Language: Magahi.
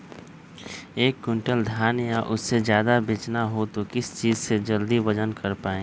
एक क्विंटल धान या उससे ज्यादा बेचना हो तो किस चीज से जल्दी वजन कर पायेंगे?